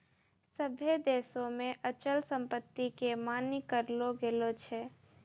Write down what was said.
सभ्भे देशो मे अचल संपत्ति के मान्य करलो गेलो छै